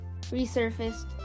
resurfaced